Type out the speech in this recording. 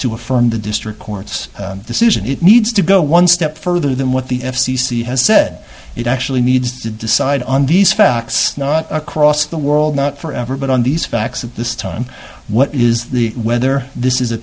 to affirm the district court's decision it needs to go one step further than what the f c c has said it actually needs to decide on these facts not across the world not forever but on these facts at this time what is the whether this is a